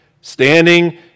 Standing